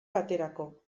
baterako